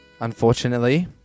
Unfortunately